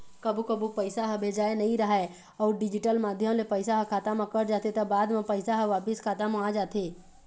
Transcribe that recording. कभू कभू पइसा ह भेजाए नइ राहय अउ डिजिटल माध्यम ले पइसा ह खाता म कट जाथे त बाद म पइसा ह वापिस खाता म आ जाथे